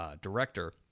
director